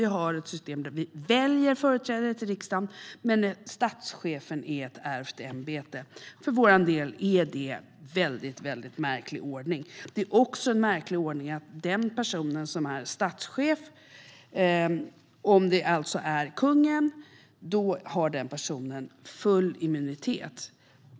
Vi har ett system där vi väljer företrädare till riksdagen men där statschefen är ett ärvt ämbete. För Vänsterpartiet är det en väldigt märklig ordning. Det är också en märklig ordning att den person som är statschef - det är alltså kungen - har full immunitet.